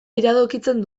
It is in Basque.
iradokitzen